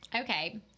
Okay